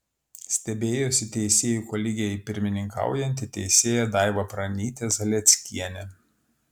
stebėjosi teisėjų kolegijai pirmininkaujanti teisėja daiva pranytė zalieckienė